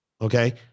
Okay